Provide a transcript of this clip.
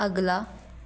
ਅਗਲਾ